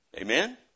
Amen